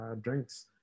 drinks